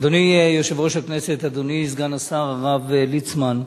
אדוני יושב-ראש הכנסת, אדוני סגן השר, הרב ליצמן,